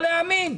לא להאמין.